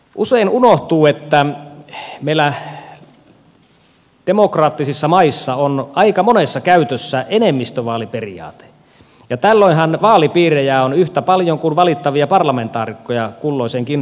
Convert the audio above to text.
usein unohtuu että meillä demokraattisissa maissa on aika monessa käytössä enemmistövaaliperiaate ja tällöinhän vaalipiirejä on yhtä paljon kuin valittavia parlamentaarikkoja kulloiseenkin parlamenttiin